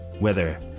weather